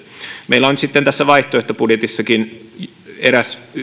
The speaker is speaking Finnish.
meillä on tässä vaihtoehtobudjetissakin eräs